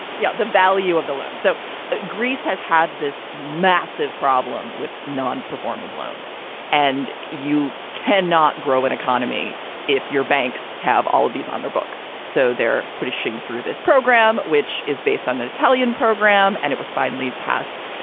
yeah, the value of the loan. so greece has had this massive problem with non-performing loans and you can not grow an economy if your banks have all of these on their books. so they're pushing through this program, which is based on an italian program and it was finally passed.